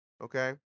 Okay